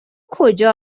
کجا